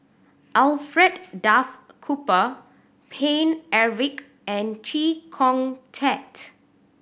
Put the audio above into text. Alfred Duff Cooper Paine Eric and Chee Kong Tet